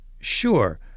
sure